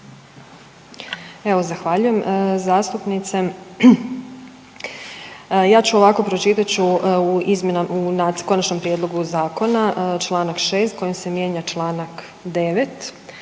Evo zahvaljujem zastupnice. Ja ću ovako, pročitat ću u konačnom prijedlogu zakona članak 6. kojim se mijenja članak 9.